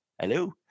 Hello